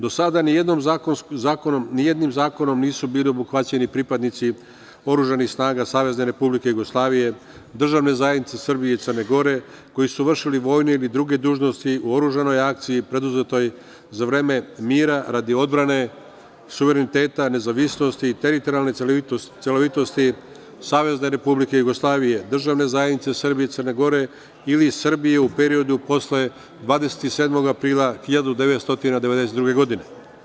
Do sada ni jednim zakonom nisu bili obuhvaćeni pripadnici oružanih snaga SRJ, državne zajednice Srbije i Crne Gore, koji su vršili vojne ili druge dužnosti u oružanoj akciji preduzetoj za vreme mira radi odbrane suvereniteta, nezavisnosti i teritorijalne celovitosti SRJ, državne zajednice Srbije i Crne Gore ili Srbije u periodu posle 27. aprila 1992. godine.